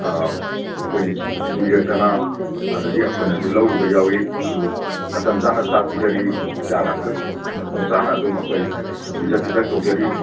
ꯑꯩꯈꯣꯏ ꯊꯤꯟꯕꯤꯔꯛꯇꯅ ꯑꯗꯒꯤ ꯑꯩꯈꯣꯏꯅꯁꯨ ꯂꯧꯔꯨꯕ ꯌꯥꯎꯏ ꯑꯗꯨ ꯃꯇꯝ ꯆꯥꯅ ꯆꯥꯛ ꯄꯤꯖꯔꯤ ꯍꯤꯗꯥꯛ ꯂꯥꯡꯊꯛ ꯃꯇꯝ ꯆꯥꯅ ꯑꯗꯨꯝ ꯑꯩꯈꯣꯏ ꯄꯤꯖ ꯄꯤꯊꯛ ꯇꯧꯖꯔꯤ